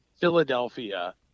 Philadelphia